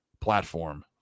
platform